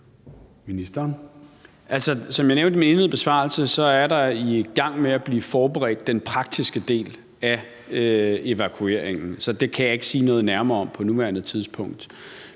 Som jeg nævnte i min indledende besvarelse, er man i gang med at forberede den praktiske del af evakueringen, så det kan jeg ikke sige noget nærmere om på nuværende tidspunkt.